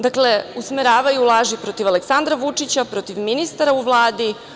Dakle, usmeravaju laži protiv Aleksandra Vučića, protiv ministara u Vladi.